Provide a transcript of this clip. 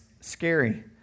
scary